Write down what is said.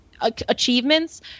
achievements